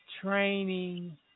training